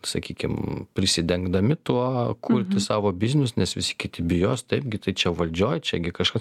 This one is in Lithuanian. sakykim prisidengdami tuo kurti savo biznius nes visi kiti bijos taipgi tai čia valdžioj čiagi kažkas